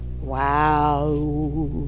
wow